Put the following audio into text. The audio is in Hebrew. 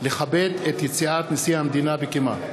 לכבד את יציאת נשיא המדינה בקימה.